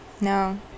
No